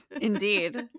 Indeed